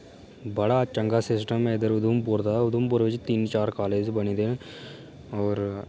बड़ा चंगा सिस्टम ऐ इद्धर उधमपुर दा उधमपुर बिच तिन चार कालेज न बने दे न और